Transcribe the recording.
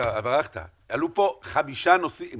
עלו פה חמישה נושאים